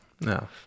No